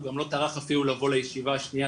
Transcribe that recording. הוא גם לא טרח אפילו לבוא לישיבה השנייה,